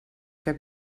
que